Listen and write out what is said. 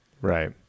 Right